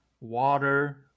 water